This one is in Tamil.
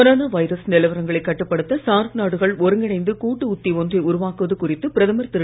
கொரோனா வைரஸ் நிலவரங்களை கட்டுப்படுத்த சார்க் நாடுகள் ஒருங்கிணைந்து கூட்டு உத்தி ஒன்றை உருவாக்குவது குறித்து பிரதமர் திரு